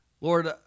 Lord